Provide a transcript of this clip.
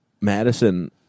Madison